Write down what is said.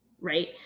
right